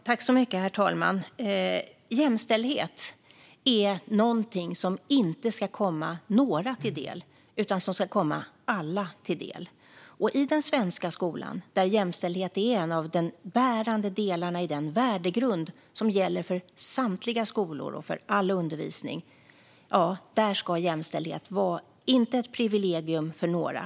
Herr talman! Jämställdhet är något som inte ska komma enbart några till del, utan det ska komma alla till del. I den svenska skolan, där jämställdhet är en av de bärande delarna i den värdegrund som gäller för samtliga skolor och all undervisning, ska jämställdhet inte vara ett privilegium enbart för några.